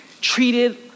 treated